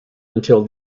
until